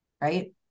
right